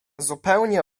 zupełnie